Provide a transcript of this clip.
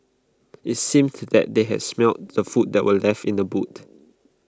IT seems that they had smelt the food that were left in the boot